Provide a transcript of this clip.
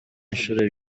inshuro